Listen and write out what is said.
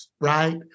right